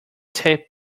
tape